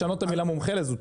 לשנות את המילה מומחה לזוטר.